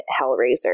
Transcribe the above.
Hellraiser